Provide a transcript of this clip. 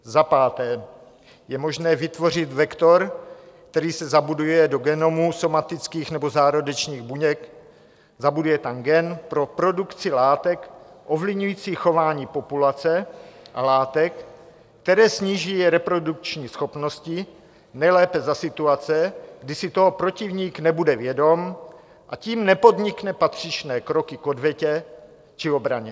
Za páté je možné vytvořit vektor, který se zabuduje do genomu somatických nebo zárodečných buněk, zabuduje tam gen pro produkci látek ovlivňujících chování populace a látek, které snižují reprodukční schopnosti, nejlépe za situace, kdy si toho protivník nebude vědom, a tím nepodnikne patřičné kroky k odvetě či obraně.